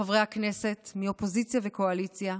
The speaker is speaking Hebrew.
חברי הכנסת מאופוזיציה וקואליציה,